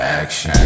action